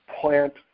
plant